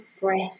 breath